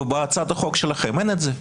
ובהצעת החוק שלכם אין את זה.